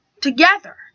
together